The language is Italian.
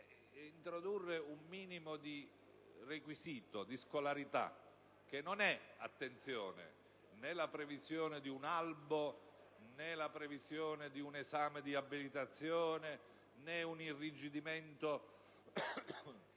introdurre un minimo di requisito di scolarità, che non è - attenzione - né la previsione di un albo, né la previsione di un esame di abilitazione e neanche un irrigidimento